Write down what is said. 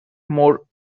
more